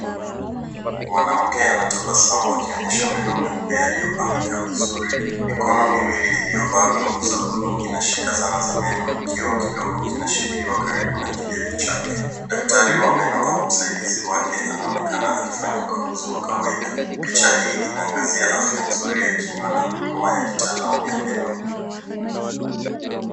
Mwanamke anatabsamu akionyesha meno meupe yaliyopangika vizuri, mikono miwili iliyovaa glovu za buluu inashika zana za meno, kioo kidogo kinashikiliwa karibu na kidevu chake. Daktari wa meno au msaidizi wake anaonekana akifanya ukaguzi wa kawaida. Picha hii inaangazia afya nzuri ya kinywa na huduma ya kitaalamu ya meno.